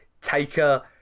Taker